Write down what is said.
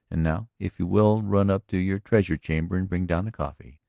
and now, if you will run up to your treasure chamber and bring down the coffee,